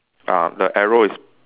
ah the arrow is